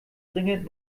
dringend